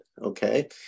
okay